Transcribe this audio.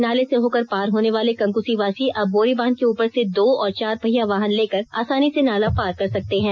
नाले से होकर पार होने वाले कंकुसीवासी अब बोरीबांध के उपर से दो और चार पहिया वाहन लेकर आसानी से नाला पार कर सकते हैं